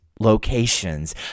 locations